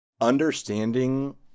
understanding